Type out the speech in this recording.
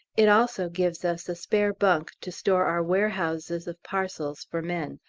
it also gives us a spare bunk to store our warehouses of parcels for men,